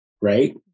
right